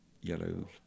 yellow